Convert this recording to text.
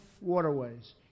waterways